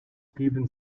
steven